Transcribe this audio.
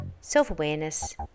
self-awareness